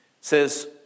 says